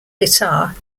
guitar